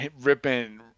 ripping